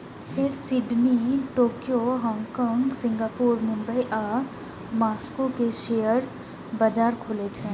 फेर Sydney, Tokyo, Hong Kong, Singapore, Mumbai आ Moscow के शेयर बाजार खुलै छै